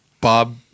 Bob